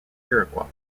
iroquois